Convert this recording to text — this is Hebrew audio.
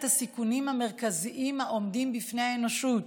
הסיכונים המרכזיים העומדים בפני האנושות.